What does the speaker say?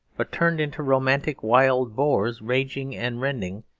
but turned into romantic wild boars, raging and rending,